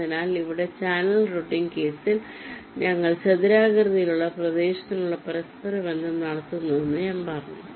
അതിനാൽ ഇവിടെ channel routing കേസിൽ ഞങ്ങൾ ചതുരാകൃതിയിലുള്ള പ്രദേശത്തിനുള്ളിൽ പരസ്പരബന്ധം നടത്തുന്നുവെന്ന് ഞാൻ പറഞ്ഞു